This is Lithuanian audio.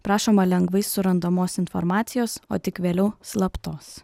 prašoma lengvai surandamos informacijos o tik vėliau slaptos